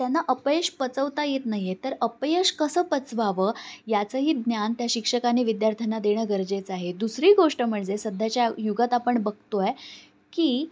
त्यांना अपयश पचवता येत नाही आहे तर अपयश कसं पचवावं याचंही ज्ञान त्या शिक्षकांनी विद्यार्थ्यांना देणं गरजेचं आहे दुसरी गोष्ट म्हणजे सध्याच्या युगात आपण बघतोय की